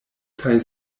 kaj